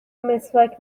مسواک